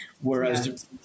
whereas